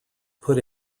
put